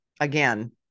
again